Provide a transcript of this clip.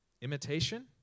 Imitation